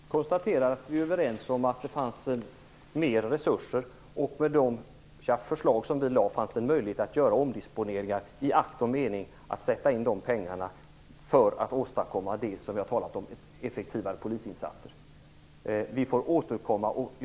Herr talman! Jag konstaterar att vi är överens om att det fanns mer resurser, och med våra förslag fanns det möjlighet att göra omdisponeringar i akt och mening att sätta in pengarna för att åstadkomma det vi talat om, nämligen effektivare polisinsatser. Vi får återkomma om detta.